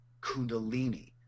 Kundalini